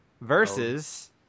versus